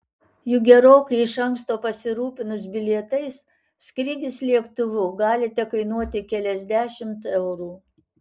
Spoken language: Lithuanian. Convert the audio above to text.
juk gerokai iš anksto pasirūpinus bilietais skrydis lėktuvu gali tekainuoti keliasdešimt eurų